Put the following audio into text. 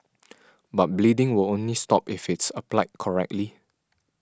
but bleeding will only stop if it's applied correctly